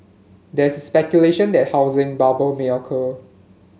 there is speculation that a housing bubble may occur